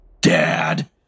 Dad